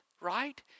right